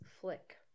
flick